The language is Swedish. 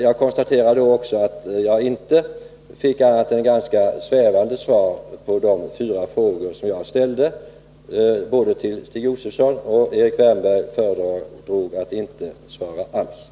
Jag konstaterar att jag inte fick annat än ganska svävande svar på de fyra frågor som jag ställde till både Stig Josefson och Erik Wärnberg — Erik Wärnberg föredrog att inte alls svara.